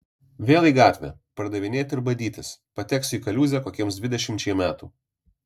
vėl į gatvę pardavinėti ir badytis pateksiu į kaliūzę kokiems dvidešimčiai metų